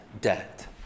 debt